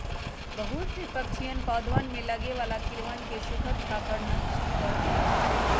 बहुत से पक्षीअन पौधवन में लगे वाला कीड़वन के स्खुद खाकर नष्ट कर दे हई